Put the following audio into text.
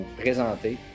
présenter